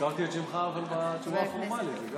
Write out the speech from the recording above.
הזכרתי את שמך, אבל בצורה הפורמלית.